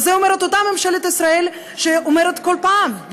ואת זה אומרת אותה ממשלת ישראל שאומרת כל פעם,